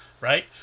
right